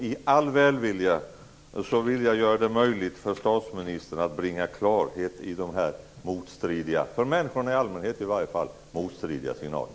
I all välvilja vill jag göra det möjligt för statsministern att bringa klarhet i dessa, åtminstone för människor i allmänhet, motstridiga signaler.